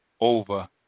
over